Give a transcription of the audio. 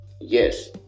Yes